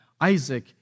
Isaac